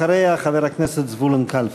אחריה, חבר הכנסת זבולון קלפה.